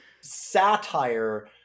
satire